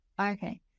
Okay